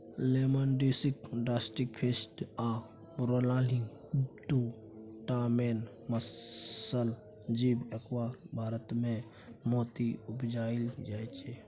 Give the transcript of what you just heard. Lamellidens marginalis आ corrianus दु टा मेन मसल जीब जकरासँ भारतमे मोती उपजाएल जाइ छै